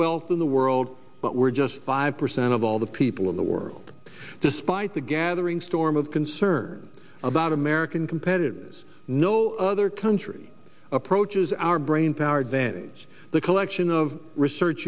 wealth in the world but we're just five percent of all the people in the world despite the gathering storm of concern about american competitiveness no other country approaches our brainpower advantage the collection of research